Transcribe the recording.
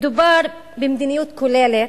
מדובר במדיניות כוללת,